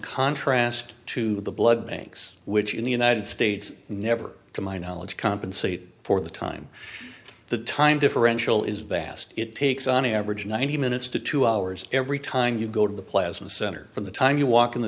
contrast to the blood banks which in the united states never to my knowledge compensate for the time the time differential is vast it takes on average ninety minutes to two hours every time you go to the plasma center from the time you walk in the